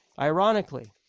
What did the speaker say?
ironically